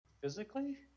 physically